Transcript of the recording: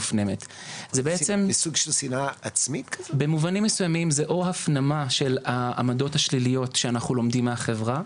במובנים מסויימים זה או הפנמה של העמדות השליליות שאנחנו לומדים מהחברה,